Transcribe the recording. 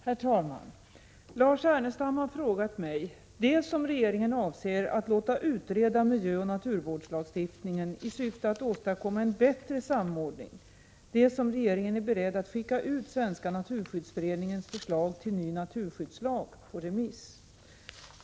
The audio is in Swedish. Herr talman! Lars Ernestam har frågat mig dels om regeringen avser att låta utreda miljöoch naturvårdslagstiftningen i syfte att åstadkomma en bättre samordning, dels om regeringen är beredd att skicka ut Svenska naturskyddsföreningens förslag till ny naturskyddslag på remiss.